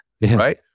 right